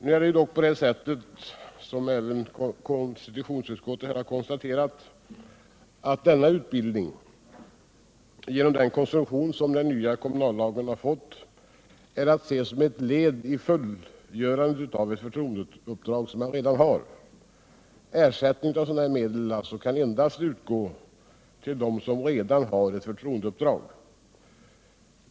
Nu är det emellertid på det sättet, som också konstitutionsutskottet har konstaterat, att denna utbildning genom den konstruktion som den nya kommunallagen har fått är att ses som fullgörande av ett förtroendeuppdrag som man redan har. Ersättning med kommunala medel kan således utgå endast till den som redan har ett förtroendeuppdrag.